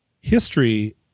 history